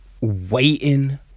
waiting